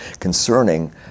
concerning